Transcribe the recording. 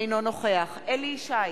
אינו נוכח אליהו ישי,